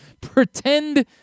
Pretend